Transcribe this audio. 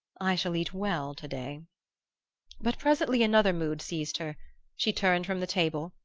i shall eat well to-day but presently another mood seized her she turned from the table,